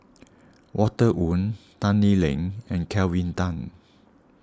Walter Woon Tan Lee Leng and Kelvin Tan